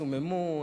סוממו,